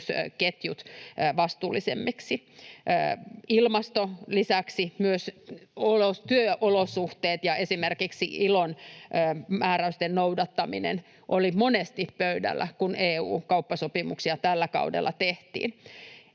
vastuullisemmiksi. Ilmasto, lisäksi myös työolosuhteet ja esimerkiksi ILOn määräysten noudattaminen olivat monesti pöydällä, kun EU:n kauppasopimuksia tällä kaudella tehtiin.